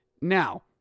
Now